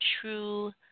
true